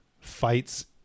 fights